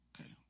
Okay